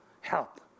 help